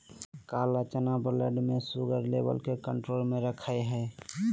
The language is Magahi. काला चना ब्लड में शुगर लेवल के कंट्रोल में रखैय हइ